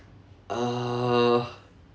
uh